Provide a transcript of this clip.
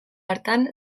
hartan